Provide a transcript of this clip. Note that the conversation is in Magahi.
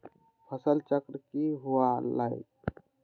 फसल चक्रण की हुआ लाई?